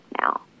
now